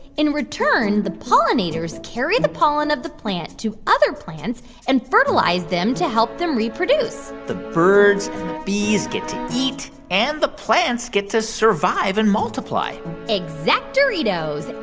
in return, the pollinators carry the pollen of the plant to other plants and fertilize them to help them reproduce the birds and the bees get to eat, and the plants get to survive and multiply exact-oritos.